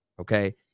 Okay